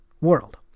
world